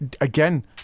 again